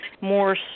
more